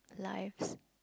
lives